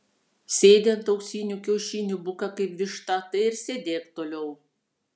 sėdi ant auksinių kiaušinių buka kaip višta tai ir sėdėk toliau